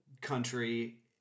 country